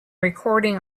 recording